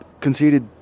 conceded